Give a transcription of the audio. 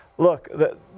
Look